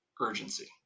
urgency